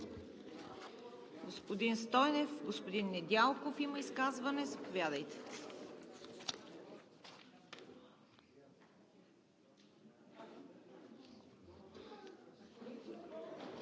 Господин Стойнев, господин Недялков имат изказвания – заповядайте.